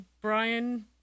Brian